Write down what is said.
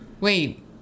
wait